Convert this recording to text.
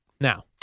Now